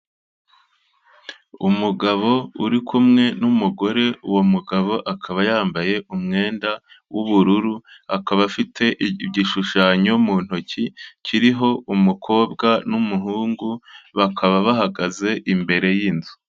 Umugabo uri kumwe n'umugore, uwo mugabo akaba yambaye umwenda w'ubururu, akaba afite igishushanyo mu ntoki kiriho umukobwa n'umuhungu, bakaba bahagaze imbere y'inzu.